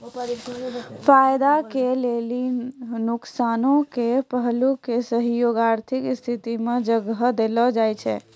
फायदा के लेली नुकसानो के पहलू के सेहो आर्थिक स्थिति मे जगह देलो जाय छै